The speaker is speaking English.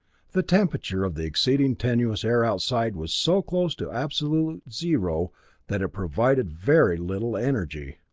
the temperature of the exceedingly tenuous air outside was so close to absolute zero that it provided very little energy.